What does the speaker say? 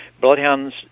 Bloodhounds